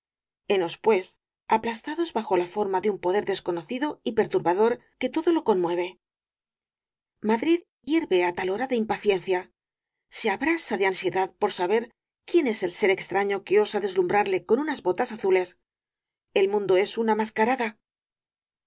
pues aplastados bajo la forma de un poder desconocido y perturbador que todo lo conmueve madrid hierve á tal hora de impaciencia se abrasa de ansiedad por saber quién es el ser extraño que osa cleslumbrarle con unas botas azules el mundo es una mascarada